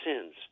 sins